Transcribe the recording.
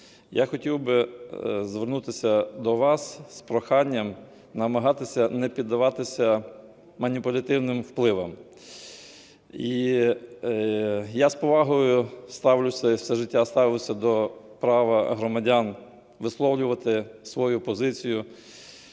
я хотів би звернутися до вас з проханням намагатися не піддаватися маніпулятивним впливам. Я з повагою ставлюсь, і все життя ставився, до права громадян висловлювати свою позицію,